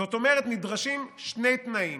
זאת אומרת, נדרשים שני תנאים.